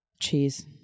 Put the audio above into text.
cheese